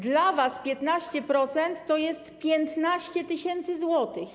Dla was 15% to jest 15 tys. zł.